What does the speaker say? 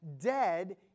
dead